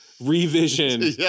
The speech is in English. revision